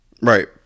Right